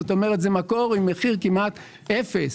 זאת אומרת, זה מקור עם מחיר כמעט אפס.